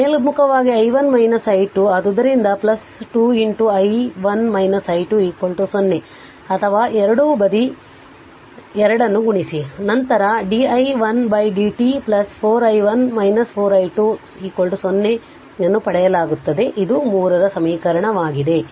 ಆದ್ದರಿಂದ ಮೇಲ್ಮುಖವಾಗಿ i1 i2 ಆದ್ದರಿಂದ 2 i1 i2 0 ಅಥವಾ ಎರಡೂ ಬದಿ 2 ಅನ್ನು ಗುಣಿಸಿ ನಂತರ di1 dt 4 i1 4 i2 0 ಅನ್ನು ಪಡೆಯಲಾಗುತ್ತದೆ ಇದು 3 ರ ಸಮೀಕರಣವಾಗಿದೆ